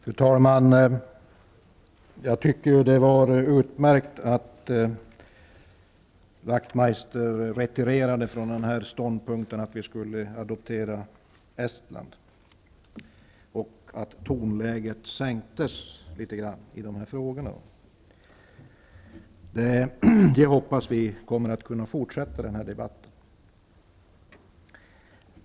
Fru talman! Jag tycker att det var utmärkt att Ian Wachtmeister retirerade från ståndpunkten att vi skulle adoptera Estland. Det var bra att tonläget sänktes litet grand i de här frågorna, och jag hoppas att det fortsätter på det sättet i den här debatten.